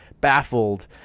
baffled